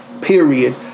period